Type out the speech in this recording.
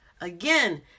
Again